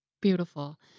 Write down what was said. Beautiful